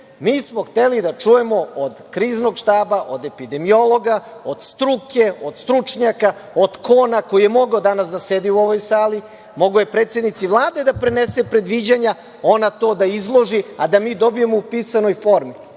smo hteli da čujemo od Kriznog štaba, od epidemiologa, od struke, od stručnjaka, od Kona, koji je mogao danas da sedi u ovoj sali, mogao je predsednici Vlade da prenese predviđanja, ona to da izloži, a da mi dobijemo u pisanoj formi.